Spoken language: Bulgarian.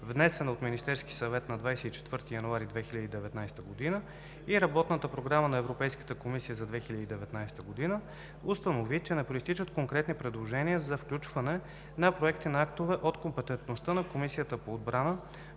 внесена от Министерския съвет на 24 януари 2019 г., и Работната програма на Европейската комисия за 2019 г., установи, че не произтичат конкретни предложения за включване на проекти на актове от компетентността на Комисията по отбрана